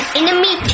enemy